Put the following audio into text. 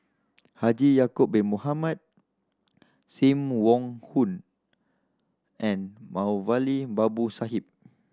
Haji Ya'acob Bin Mohamed Sim Wong Hoo and Moulavi Babu Sahib